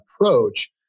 approach